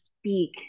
speak